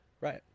Right